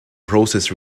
process